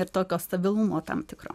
ir tokio stabilumo tam tikro